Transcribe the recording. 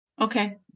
okay